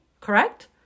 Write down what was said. correct